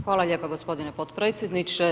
Hvala lijepa g. potpredsjedniče.